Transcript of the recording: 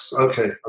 Okay